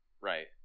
right